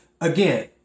Again